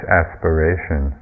aspiration